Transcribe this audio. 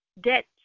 debt